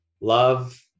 love